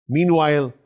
Meanwhile